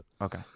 Okay